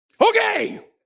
okay